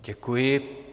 Děkuji.